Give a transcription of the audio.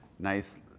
nice